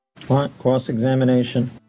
Cross-examination